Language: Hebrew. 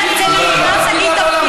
תודה.